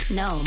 no